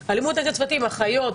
אחיות,